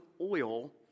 oil